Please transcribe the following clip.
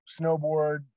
snowboard